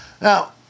Now